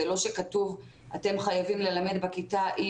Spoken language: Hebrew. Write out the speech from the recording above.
זה לא שכתוב שאתם חייבים ללמד בכיתה.